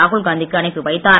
ராகுல் காந்திக்கு அனுப்பிவைத்தார்